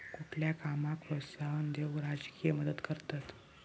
कुठल्या कामाक प्रोत्साहन देऊक राजकीय मदत करतत